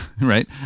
right